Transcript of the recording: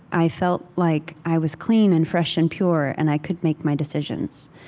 i felt like i was clean and fresh and pure, and i could make my decisions.